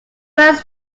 first